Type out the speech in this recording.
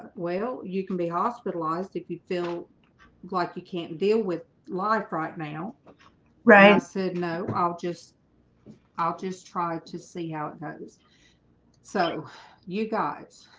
well, you can be hospitalized if you feel like you can't deal with life right now right said no. i'll just i'll just try to see how it goes so you guys